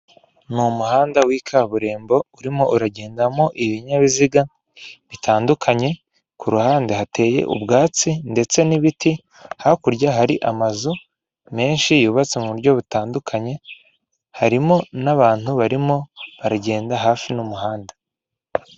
Ni umuhanda w'ikaburimbo urimo uragendamo ibinyabiziga bitandukanye, ku ruhande hateye ubwatsi ndetse n'ibiti, hakurya hari amazu menshi yubatse mu buryo butandukanye harimo abantu barimo baragenda hafi n'umuhanda.